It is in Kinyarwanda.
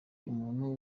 umuntu